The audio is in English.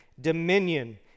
dominion